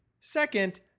Second